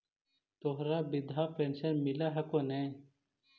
तोहरा वृद्धा पेंशन मिलहको ने?